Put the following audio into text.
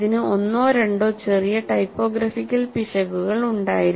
ഇതിന് ഒന്നോ രണ്ടോ ചെറിയ ടൈപ്പോഗ്രാഫിക്കൽ പിശകുകൾ ഉണ്ടായിരുന്നു